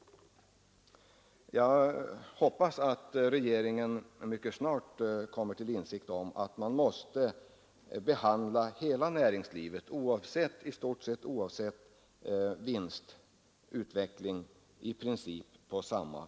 Jag hoppas att regeringen mycket snart kommer till insikt om att man måste behandla hela näringslivet, oavsett vinstutveckling, i princip på samma sätt. Då erhålles mycket större effekt av åtgärderna.